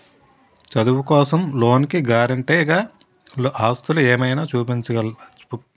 చదువు కోసం లోన్ కి గారంటే గా ఆస్తులు ఏమైనా చూపించాలా?